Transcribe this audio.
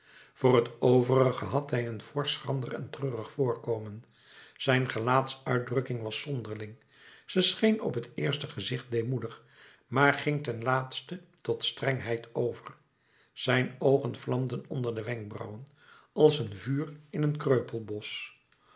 voor t overige had hij een forsch schrander en treurig voorkomen zijn gelaatsuitdrukking was zonderling ze scheen op het eerste gezicht deemoedig maar ging ten laatste tot strengheid over zijn oogen vlamden onder de wenkbrauwen als een vuur in een